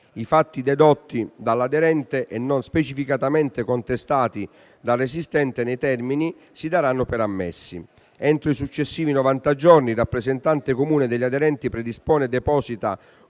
I fatti dedotti dall'aderente e non specificatamente contestati dal resistente nei termini si daranno per ammessi; entro i successivi novanta giorni, il rappresentante comune degli aderenti predispone e deposita